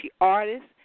artists